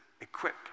equip